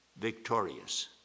victorious